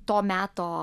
to meto